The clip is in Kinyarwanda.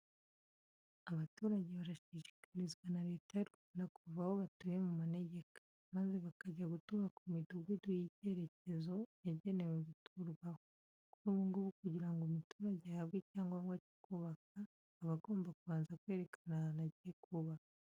Abaturage barashishikarizwa na Leta y'u Rwanda kuva aho batuye mu manegeka, maze bakajya gutura ku midugudu y'icyerekezo yagenewe guturwaho. Kuri ubu ngubu kugira ngo umuturage ahabwe icyangombwa cyo kubaka, aba agomba kubanza kwerekana ahantu agiye kubaka.